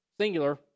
singular